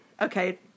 Okay